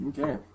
Okay